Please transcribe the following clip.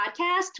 podcast